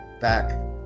back